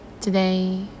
Today